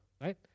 right